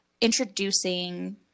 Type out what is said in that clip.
introducing